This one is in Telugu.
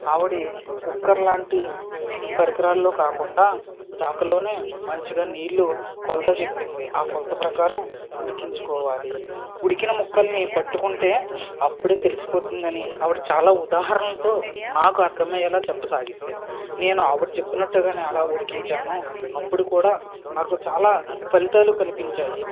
ఆవిడి కుక్కర్ లాంటి పరికరాల్లో కాకుండా దాకలోనే మంచిగా నీళ్ళు కొలత చెప్పింది ఆ కొలత ప్రకారం ఉడికించుకోవాలి ఉడికిన ముక్కలని పట్టుకుంటే అప్పుడే తెలిసిపోతుంది అని ఆవిడ చాలా ఉదాహరణలతో నాకు అర్థమయ్యేలా చెప్పసాగింది నేను ఆవిడ చెప్పినట్టుగానే అలా ఉడికించాను అప్పుడు కూడా నాకు చాలా ఫలితాలు కనిపించాయి